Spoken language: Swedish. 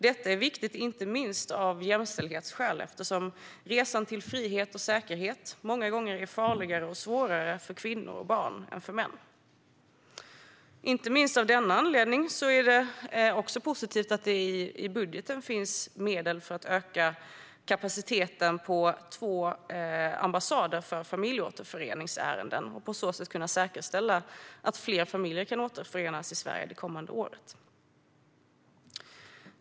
Detta är viktigt inte minst av jämställdhetsskäl eftersom resan till frihet och säkerhet många gånger är farligare och svårare för kvinnor och barn än för män. Inte minst av denna anledning är det positivt att det i budgeten finns medel för att öka kapaciteten på två ambassader för familjeåterföreningsärenden. På så sätt kan man säkerställa att fler familjer kan återförenas i Sverige det kommande året.